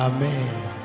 Amen